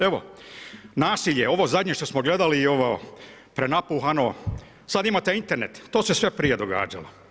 Evo nasilje ovo zadnje što smo gledali i ovo prenapuhano sad imate Internet, to se sve prije događalo.